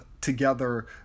together